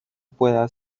pueda